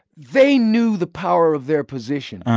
they knew the power of their position,